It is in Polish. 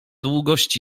długość